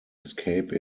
escape